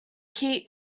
key